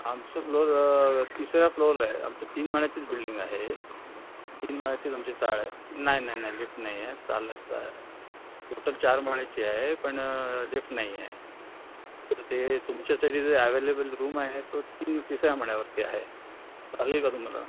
आमचं फ्लोअर तिसऱ्या फ्लोअरला आहे आमची तीन माळ्याचीच बिल्डींग आहे तीन माळ्याचीच आमची चाळ आहे नाही नाही नाही लिफ्ट नाही आहे चालत जायचं टोटल चार माळ्याची आहे पण लिफ्ट नाही आहे तर ते तुमच्यासाठी जे ॲवेलेबल रूम आहे तो तीन तिसऱ्या माळ्यावरती आहे चालेल का तुम्हाला